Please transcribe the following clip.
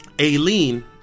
Aileen